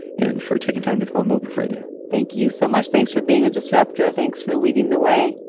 and for taking time to come on bulletproof radio thank you so much. thanks for being a disruptor. thanks for leading the way.